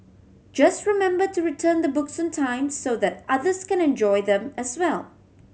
just remember to return the books on time so that others can enjoy them as well